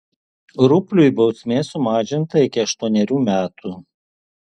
rupliui bausmė sumažinta iki aštuonerių metų